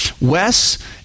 Wes